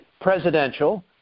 presidential